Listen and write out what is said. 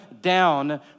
down